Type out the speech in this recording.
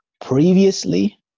previously